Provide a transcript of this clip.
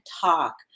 talk